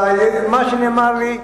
ומה שנאמר לי,